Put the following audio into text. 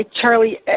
Charlie